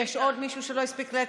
מיכל שיר.